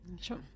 Sure